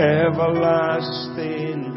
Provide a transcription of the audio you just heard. everlasting